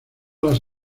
las